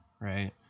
right